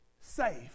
safe